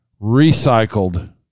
recycled